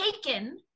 taken